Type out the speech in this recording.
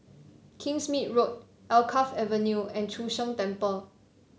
Kingsmead Road Alkaff Avenue and Chu Sheng Temple